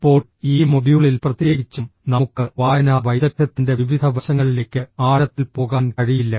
ഇപ്പോൾ ഈ മൊഡ്യൂളിൽ പ്രത്യേകിച്ചും നമുക്ക് വായനാ വൈദഗ്ധ്യത്തിന്റെ വിവിധ വശങ്ങളിലേക്ക് ആഴത്തിൽ പോകാൻ കഴിയില്ല